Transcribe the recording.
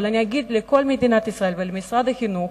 אבל אני אגיד לכל מדינת ישראל ולמשרד החינוך